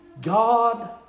God